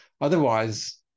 Otherwise